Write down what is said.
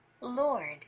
Lord